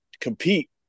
compete